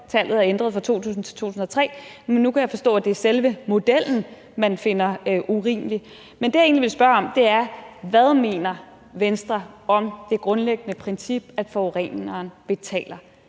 tallet er ændret fra 2000 til 2003, men nu kan jeg forstå, at det er selve modellen, man finder urimelig. Det, jeg egentlig ville spørge om, er, hvad Venstre mener om det grundlæggende princip, at forureneren betaler.